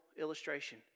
illustration